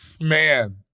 Man